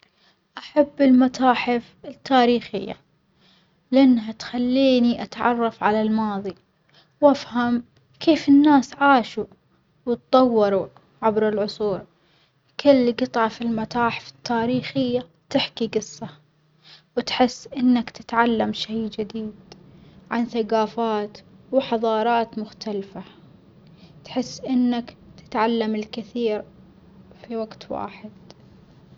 أحب المتاحف التاريخية لأنها تخليني أتعرف على الماظي وأفهم كيف الناس عاشوا، واتطوروا عبر العصور، كل جطعة في المتاحف التاريخية تحكي جصة وتحس إنك تتعلم شي جديد عن ثجافات وحظارات مختلفة، تحس إنك تتعلم الكثير في وجت واحد.